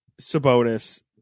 Sabonis